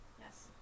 Yes